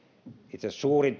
itse asiassa suurin